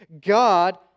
God